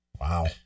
Wow